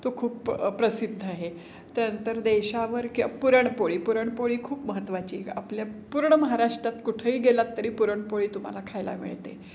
तो खूप प्रसिद्ध आहे त्यानंतर देशावर किंवा पुरणपोळी पुरणपोळी खूप महत्वाची आपल्या पूर्ण महाराष्ट्रात कुठंही गेलात तरी पुरणपोळी तुम्हाला खायला मिळते